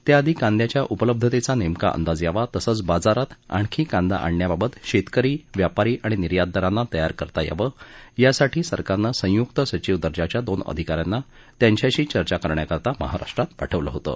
त्याआधी कांद्याच्या उपलब्धतेचा नेमका अंदाज यावा तसंच बाजारात आणखी कांदा आणण्याबाबत शेतकरी व्यापारी आणि निर्यातदारांना तयार करता यावं यासाठी सरकारनं संयुक्त सचिव दर्जाच्या दोन अधिका यांना त्यांच्याशी चर्चा करण्याकरता महाराष्ट्रात पाठवलं होतं